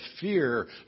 fear